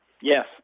Yes